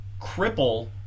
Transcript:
cripple